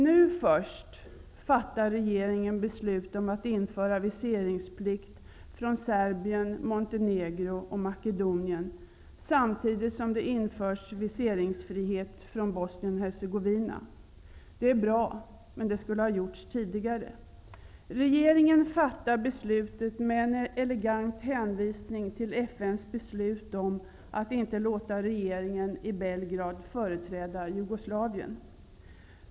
Nu först fattar regeringen beslut om att införa viseringsplikt för flyktingar från Serbien, Montenegro och Makedonien, samtidigt som det införs viseringsfrihet för flyktingar från Bosnien Herzegovina. Det är bra, men detta skulle ha gjorts tidigare. Regeringen fattar beslutet med en elegant hänvisning till FN:s beslut om att inte låta regeringen i Belgrad företräda Jugoslavien.